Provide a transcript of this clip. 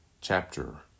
chapter